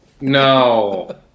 No